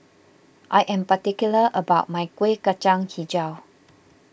I am particular about my Kuih Kacang HiJau